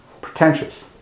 pretentious